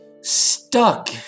stuck